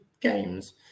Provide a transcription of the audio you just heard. games